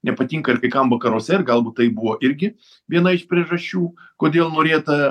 nepatinka ir kai kam vakaruose galbūt tai buvo irgi viena iš priežasčių kodėl norėta